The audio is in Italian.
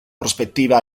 prospettiva